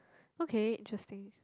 okay interesting